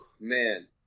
man